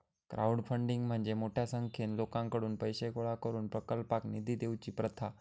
crowdfunding म्हणजे मोठ्या संख्येन लोकांकडुन पैशे गोळा करून प्रकल्पाक निधी देवची प्रथा